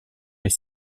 est